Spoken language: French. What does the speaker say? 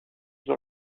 dans